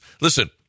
Listen